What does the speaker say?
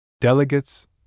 Delegates